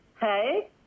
Hey